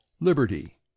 liberty